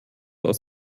aus